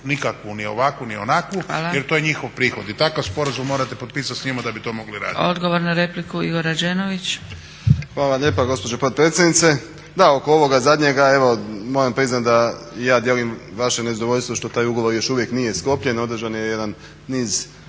nagodbu ni ovakvu ni ovakvu jer to je njihov prihoda i takav sporazum morate potpisati s njima da bi to mogli raditi.